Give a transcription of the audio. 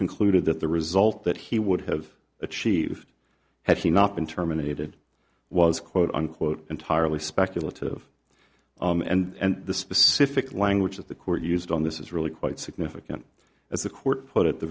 concluded that the result that he would have achieved had he not been terminated was quote unquote entirely speculative and the specific language of the court used on this is really quite significant as the court put it the